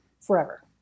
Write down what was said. forever